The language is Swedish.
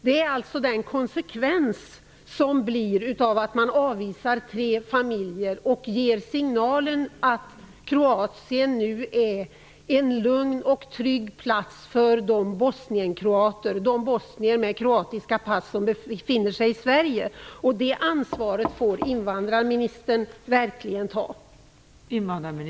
Det blir alltså konsekvensen av att man avvisar tre familjer och ger signaler om att Kroatien nu är en lugn och trygg plats för de bosnier med kroatiska pass som befinner sig i Sverige. Det ansvaret får invandrarministern verkligen ta på sig.